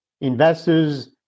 Investors